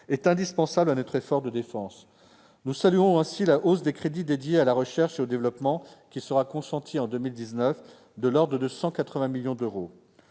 est indispensable à notre effort de défense. Nous saluons ainsi la hausse des crédits dédiés à la recherche et au développement, qui sera de l'ordre de 180 millions d'euros